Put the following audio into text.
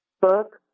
book